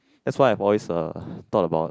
that's why I always uh thought about